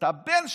את הבן שלו.